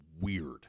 weird